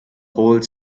whole